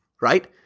right